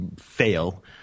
fail –